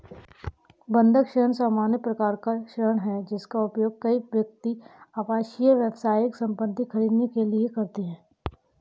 बंधक ऋण सामान्य प्रकार का ऋण है, जिसका उपयोग कई व्यक्ति आवासीय, व्यावसायिक संपत्ति खरीदने के लिए करते हैं